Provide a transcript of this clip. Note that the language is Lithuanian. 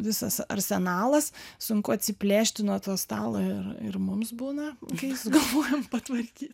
visas arsenalas sunku atsiplėšti nuo to stalo ir ir mums būna kai sugalvojam patvarkyt